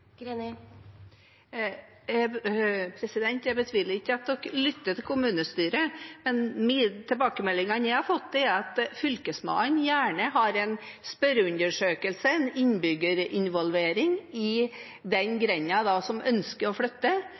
Jeg betviler ikke at regjeringen lytter til kommunestyret, men tilbakemeldingene jeg har fått, er at Fylkesmannen gjerne har en spørreundersøkelse, en innbyggerinvolvering i den grenda som ønsker å flytte.